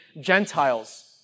Gentiles